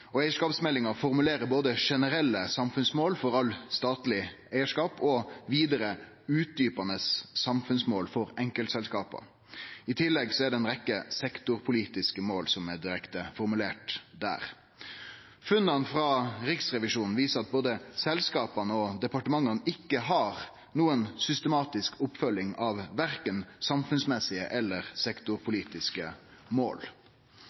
av eigarskapsmeldinga. Eigarskapsmeldinga formulerer både generelle samfunnsmål for alt statleg eigarskap og vidare utdjupande samfunnsmål for enkeltselskap. I tillegg er det ei rekkje sektorpolitiske mål som er formulerte direkte der. Funna til Riksrevisjonen viser at selskapa og departementa ikkje har noka systematisk oppfølging av verken samfunnsmessige eller sektorpolitiske mål.